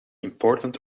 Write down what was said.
important